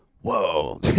Whoa